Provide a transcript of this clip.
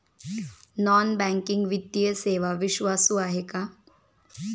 Non banking वित्तीय सेवा विश्वासू आहेत का?